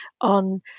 on